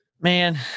Man